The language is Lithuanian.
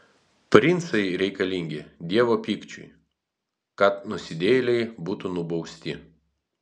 princai reikalingi dievo pykčiui kad nusidėjėliai būtų nubausti